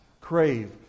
crave